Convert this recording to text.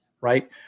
right